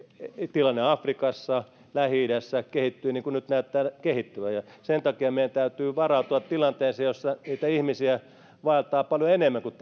tilanne afrikassa lähi idässä kehittyy niin kuin nyt näyttää kehittyvän sen takia meidän täytyy varautua tilanteeseen jossa ihmisiä vaeltaa paljon enemmän kuin